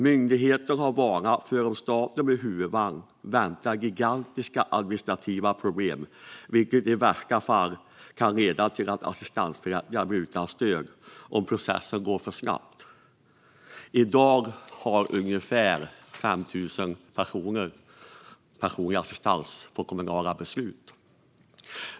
Myndigheten har varnat för att om staten blir huvudman väntar gigantiska administrativa problem, vilket i värsta fall kan leda till att assistansberättigade blir utan stöd om processen går för snabbt. I dag har över 5 000 personer personlig assistans via kommunala beslut.